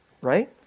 Right